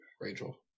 rachel